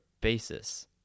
basis